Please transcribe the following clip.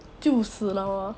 就是 lor